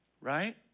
right